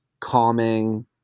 calming